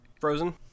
frozen